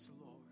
Lord